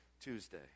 Tuesday